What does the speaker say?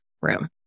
room